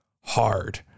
hard